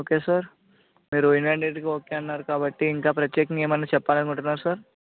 okay sir మీరు యునైటెడ్గా okay అన్నారు కాబట్టి ఇంకా ప్రత్యేకంగా ఏమైనా చెప్పాలని అనుకుంటున్నారా సార్